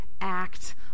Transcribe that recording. act